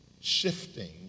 shifting